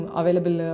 available